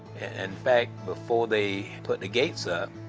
and fact, before they put the gates up,